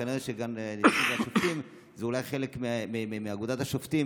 וכנראה גם נציב השופטים הוא אולי חלק מאגודת השופטים,